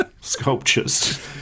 sculptures